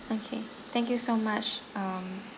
okay thank you so much um